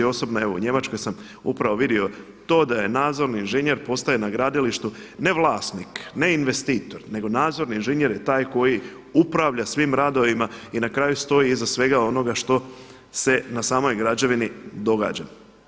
Osobno evo u Njemačkoj sam upravo vidio to da je nadzorni inženjer postaje na gradilištu ne vlasnik, ne investitor nego nadzorni inženjer je taj koji upravlja svim radovima i na kraju stoji iza svega onoga što se na samoj građevini događa.